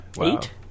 Eight